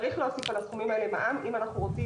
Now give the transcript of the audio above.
צריך להוסיף על הסכומים האלה מע"מ אם אנחנו רוצים